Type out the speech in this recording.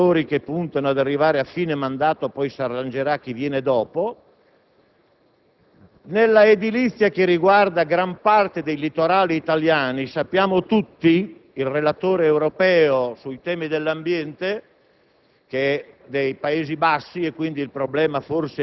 dallo scadimento della nuova generazione degli amministratori, che puntano ad arrivare a fine mandato e poi si arrangerà chi verrà dopo - nell'edilizia che riguarda gran parte dei litorali italiani. Sappiamo tutti che il relatore europeo sui temi dell'ambiente